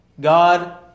God